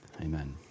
Amen